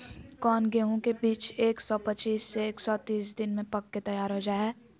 कौन गेंहू के बीज एक सौ पच्चीस से एक सौ तीस दिन में पक के तैयार हो जा हाय?